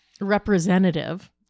representative